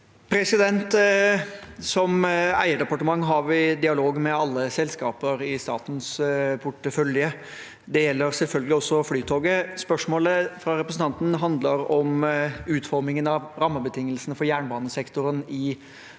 Som eier- departement har vi dialog med alle selskaper i statens portefølje. Det gjelder selvfølgelig også Flytoget. Spørsmålet fra representanten handler om utformingen av rammebetingelsene for jernbanesektoren i